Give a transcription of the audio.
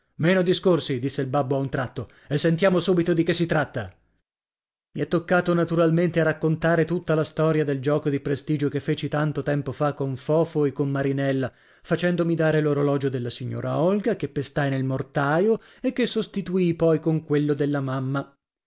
meno discorsi disse il babbo a un tratto e sentiamo subito di che si tratta i è toccato naturalmente a raccontare tutta la storia del gioco di prestigio che feci tanto tempo fa con fofo e con marinella facendomi dare l'orologio della signora olga che pestai nel mortaio e che sostituii poi con quello della mamma